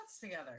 together